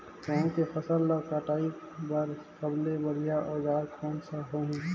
गहूं के फसल ला कटाई बार सबले बढ़िया औजार कोन सा होही?